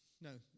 no